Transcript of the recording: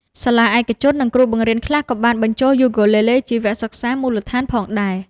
សាលាឯកជន និងគ្រូបង្រៀនខ្លះក៏បានបញ្ចូលយូគូលេលេជាវគ្គសិក្សាមូលដ្ឋានផងដែរ។